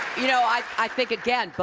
you know, i i think, again,